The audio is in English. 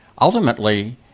ultimately